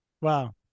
Wow